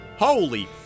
holy